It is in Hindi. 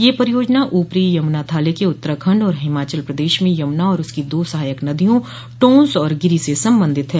यह परियोजना ऊपरी यमुना थाले के उत्तराखंड और हिमाचल प्रदेश में यमूना और उसकी दो सहायक नदियों टोंस तथा गिरि से संबंधित है